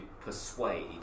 persuade